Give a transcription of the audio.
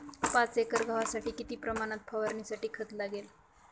पाच एकर गव्हासाठी किती प्रमाणात फवारणीसाठी खत लागेल?